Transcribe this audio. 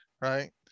right